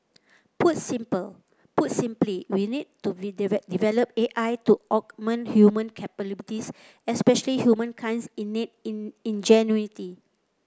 put simple put simply we need to develop A I to augment human capabilities especially humankind's innate ingenuity